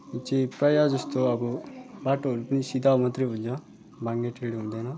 यहाँ चाहिँ प्रायः जस्तो अब बाटोहरू पनि सिधा मात्रै हुन्छ बाङ्गो टेँडो हुँदैन